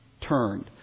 turned